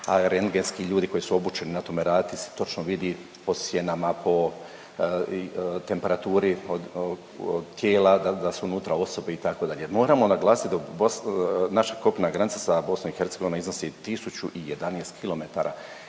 a rendgenski ljudi koji su obučeni na tome raditi se točno vidi po sjenama, po temperaturi, od tijela, da su unutra osobe, itd. Moramo naglasiti da u, naša kopnena granica sa BiH iznosi 1011 km,